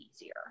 easier